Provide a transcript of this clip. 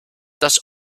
das